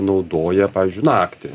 naudoja pavyžiui naktį